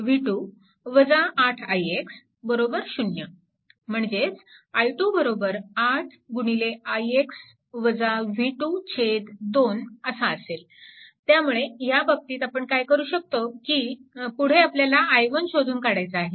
v2 8 ix 0 म्हणजेच i2 2 असा असेल त्यामुळे ह्या बाबतीत आपण काय करू शकतो की पुढे आपल्याला i1 शोधून काढायचा आहे